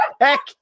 heck